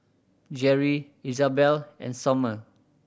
Jerri Izabelle and Sommer